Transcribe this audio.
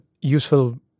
useful